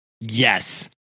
Yes